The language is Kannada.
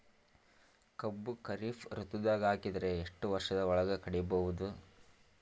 ಕಬ್ಬು ಖರೀಫ್ ಋತುದಾಗ ಹಾಕಿದರ ಎಷ್ಟ ವರ್ಷದ ಒಳಗ ಕಡಿಬಹುದು?